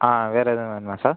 ஆ வேறு எதுவும் வேணுமா சார்